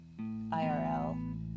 IRL